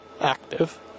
active